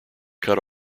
cut